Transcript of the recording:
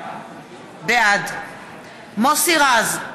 בעד מוסי רז,